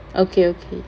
okay okay